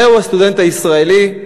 זהו הסטודנט הישראלי,